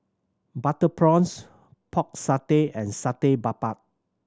butter prawns Pork Satay and Satay Babat